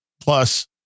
plus